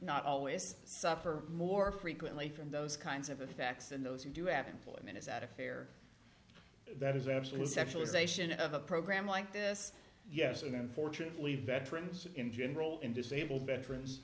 not always suffer more frequently from those kinds of effects than those who do have employment is that a fair that is absolute sexualization of a program like this yes and unfortunately veterans in general and disabled veterans